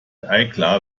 eiklar